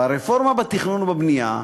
והרפורמה בתכנון ובבנייה,